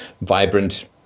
vibrant